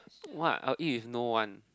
what I will eat with no ones